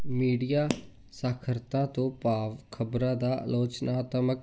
media ਸਾਖਰਤਾ ਤੋਂ ਭਾਵ ਖ਼ਬਰਾਂ ਦਾ ਆਲੋਚਨਾਤਮਕ